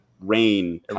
rain